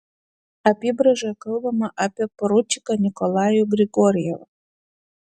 apybraižoje kalbama apie poručiką nikolajų grigorjevą